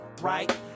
right